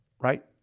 right